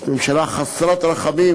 זאת ממשלה חסרת רחמים,